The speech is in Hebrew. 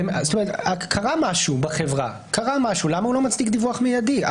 קרה משהו בחברה, למה הוא לא מצדיק דיווח מידי?